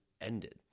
ended